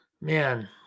Man